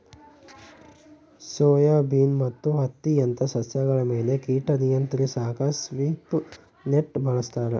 soybean ಮತ್ತು ಹತ್ತಿಯಂತ ಸಸ್ಯಗಳ ಮೇಲೆ ಕೀಟ ನಿಯಂತ್ರಿಸಾಕ ಸ್ವೀಪ್ ನೆಟ್ ಬಳಸ್ತಾರ